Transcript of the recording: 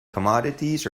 commodities